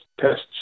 tests